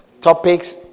topics